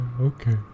okay